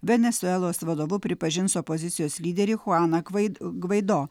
venesuelos vadovu pripažins opozicijos lyderį chuaną kvai gvaido